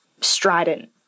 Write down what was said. strident